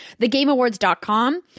TheGameAwards.com